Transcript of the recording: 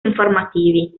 informativi